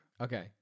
Okay